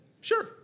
sure